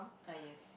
ah yes